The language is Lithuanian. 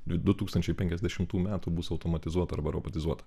du tūkstančiai penkiasdešimtų metų bus automatizuota arba robotizuota